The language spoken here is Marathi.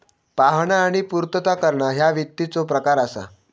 पाहणा आणि पूर्तता करणा ह्या वित्ताचो प्रकार असा